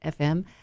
FM